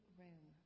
room